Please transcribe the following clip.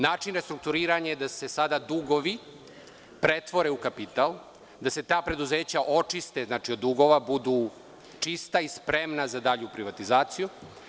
Način restrukturiranja je da se sada dugovi pretvore u kapital, da se ta preduzeća očiste od dugova, budu čista i spremna za dalju privatizaciju.